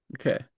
Okay